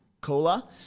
Cola